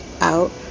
out